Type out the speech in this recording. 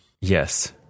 yes